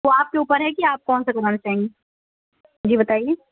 وہ آپ کے اوپر ہے کہ آپ کون سا کروانا چاہیں گی جی بتائیے